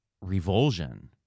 revulsion